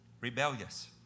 rebellious